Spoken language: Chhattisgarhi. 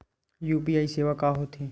यू.पी.आई सेवा का होथे?